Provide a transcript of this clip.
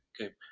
Okay